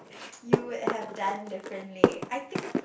you would have done differently I think